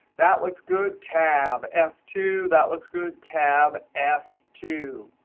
that looks good. tab, f two, that looks good. tab, f two.